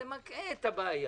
זה מקהה את הבעיה